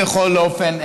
בכל אופן,